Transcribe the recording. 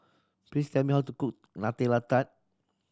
please tell me how to cook Nutella Tart